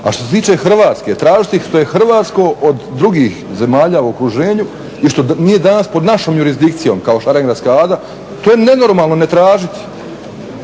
A što se tiče Hrvatske, tražiti što je hrvatsko od drugih zemalja u okruženju i što nije danas pod našom jurisdikcijom kao Šarengradska Ada, to je nenormalno ne tražiti.